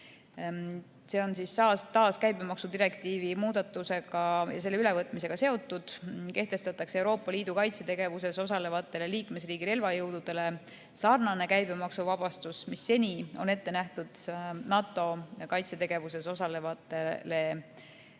See on taas seotud käibemaksudirektiivi muudatusega ja selle ülevõtmisega. Euroopa Liidu kaitsetegevuses osalevatele liikmesriigi relvajõududele kehtestatakse sarnane käibemaksuvabastus, mis seni on ette nähtud NATO kaitsetegevuses osalevatele NATO osalisriigi relvajõududele.